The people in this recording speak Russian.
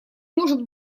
может